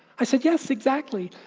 i said, yes, exactly!